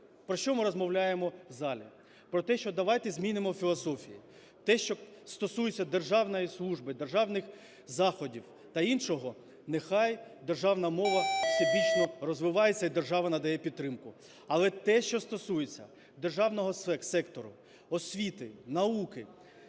Про що ми розмовляємо в залі? Про те, що давайте змінимо філософію. Те, що стосується державної служби, державних заходів та іншого, нехай державна мова всебічно розвивається і держава надає підтримку. Але те, що стосується державного сектору, освіти, науки,